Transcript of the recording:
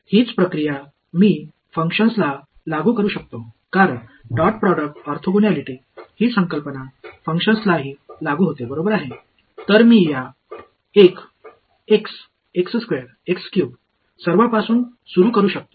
அதே செயல்முறையை நான் செயல்பாடுகளுக்கும் பயன்படுத்தலாம் ஏனெனில் டாட் ப்ராடக்ட் ஆர்த்தோகனாலிட்டி என்ற கருத்தை ஒரு செயல்பாடுகள் கொண்டுள்ளது